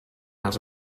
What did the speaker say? els